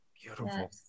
Beautiful